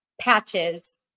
patches